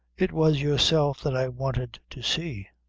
it was yourself that i wanted to see.